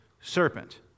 serpent